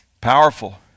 Powerful